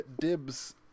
dibs